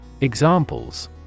Examples